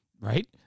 right